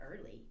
early